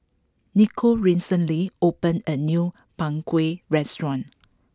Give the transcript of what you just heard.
Nicole recently open a new Png Kueh restaurant